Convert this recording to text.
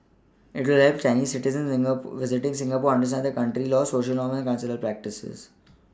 it will help Chinese citizens Singapore visiting Singapore understand the country's laws Social norms and cultural practices